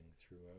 throughout